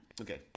Okay